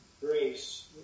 grace